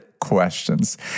questions